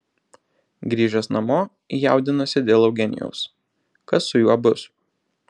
grįžęs namo jaudinosi dėl eugenijaus kas su juo bus